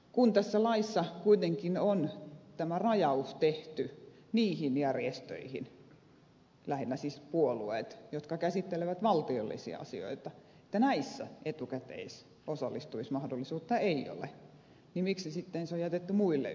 kun tässä laissa kuitenkin on tämä rajaus tehty niihin järjestöihin lähinnä siis puolueisiin jotka käsittelevät valtiollisia asioita että näissä etukäteisosallistumismahdollisuutta ei ole niin miksi sitten se on jätetty muille yhdistyksille